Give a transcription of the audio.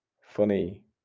funny